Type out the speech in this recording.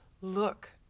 look